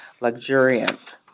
luxuriant